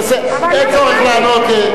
אין צורך לענות.